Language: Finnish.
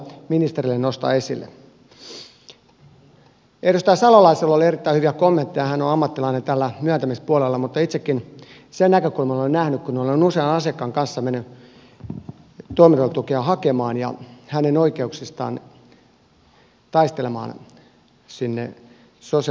edustaja salosella oli erittäin hyviä kommentteja hän on ammattilainen tällä myöntämispuolella mutta itsekin sen näkökulman olen nähnyt kun olen usean asiakkaan kanssa mennyt toimeentulotukea hakemaan ja hänen oikeuksistaan taistelemaan sinne sosiaalivirastoon